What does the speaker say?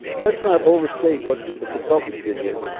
let's not overstate what the consultants did here.